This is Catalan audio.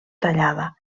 tallada